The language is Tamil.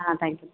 ஆ தேங்க்யூ